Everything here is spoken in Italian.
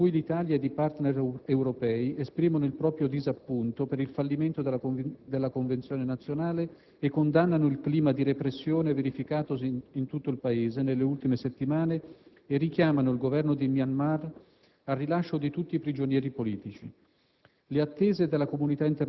Una posizione con cui l'Italia ed i *partner* europei esprimono il proprio disappunto per il fallimento della convenzione nazionale, condannano il clima di repressione verificatosi in tutto il Paese nelle ultime settimane e richiamano il Governo di Myanmar al rilascio di tutti i prigionieri politici.